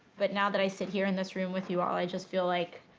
but now that i sit here in this room with you all, i just feel like.